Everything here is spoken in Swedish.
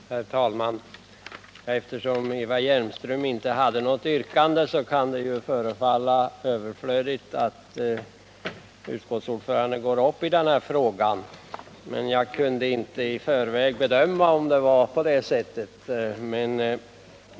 Herr talman! Eftersom Eva Hjelmström inte hade något yrkande kan det förefalla överflödigt att utskottsordföranden går upp i den här frågan. Men jag kunde inte i förväg bedöma om det var på det sättet.